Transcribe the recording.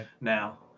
now